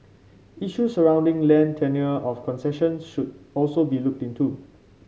issues surrounding land tenure of concessions should also be looked into